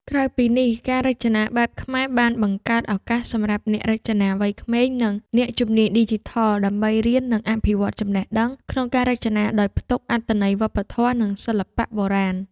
ក្រៅពីនេះ ការរចនាបែបខ្មែរបានបង្កើតឱកាសសម្រាប់អ្នករចនាវ័យក្មេង និងអ្នកជំនាញឌីជីថល ដើម្បីរៀន និងអភិវឌ្ឍចំណេះដឹងក្នុងការរចនាដោយផ្ទុកអត្ថន័យវប្បធម៌ និងសិល្បៈបុរាណ។